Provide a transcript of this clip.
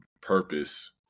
Purpose